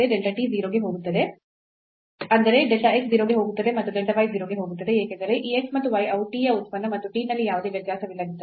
delta t 0 ಗೆ ಹೋಗುತ್ತದೆ ಅಂದರೆ delta x 0 ಗೆ ಹೋಗುತ್ತದೆ ಮತ್ತು delta y 0 ಗೆ ಹೋಗುತ್ತದೆ ಏಕೆಂದರೆ ಈ x ಮತ್ತು y ಅವು t ಯ ಉತ್ಪನ್ನ ಮತ್ತು t ನಲ್ಲಿ ಯಾವುದೇ ವ್ಯತ್ಯಾಸವಿಲ್ಲದಿದ್ದರೆ